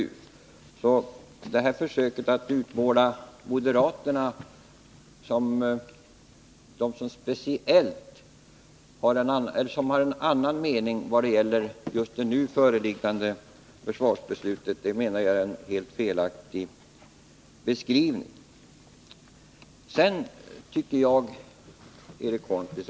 Försöket att utmåla det hela som om moderaterna hade en annan mening när det gäller det nu aktuella försvarsbeslutet bygger på en helt felaktig beskrivning av vad som förekommit.